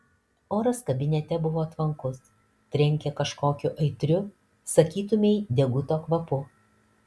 oras kabinete buvo tvankus trenkė kažkokiu aitriu sakytumei deguto kvapu